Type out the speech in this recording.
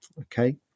Okay